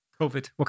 COVID